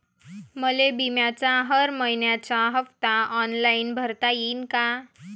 मले बिम्याचा हर मइन्याचा हप्ता ऑनलाईन भरता यीन का?